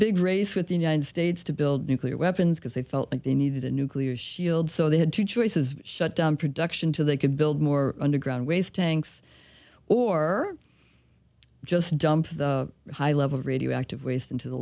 big race with the united states to build nuclear weapons because they felt like they needed a nuclear shield so they had two choices shut down production to they could build more underground ways tanks or just dump the high level radioactive waste into the